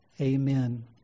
Amen